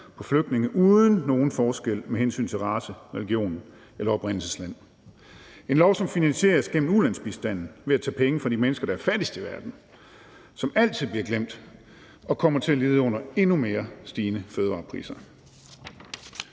på flygtninge uden nogen forskel med hensyn til race, religion eller oprindelsesland, en lov, som finansieres gennem ulandsbistanden ved at tage penge fra de mennesker, der er fattigst i verden, som altid bliver glemt, og som kommer til at lide endnu mere under stigende fødevarepriser.